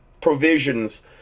provisions